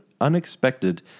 Unexpected